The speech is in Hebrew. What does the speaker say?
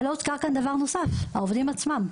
אבל יש דבר נוסף והם העובדים עצמם.